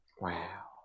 wow